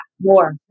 more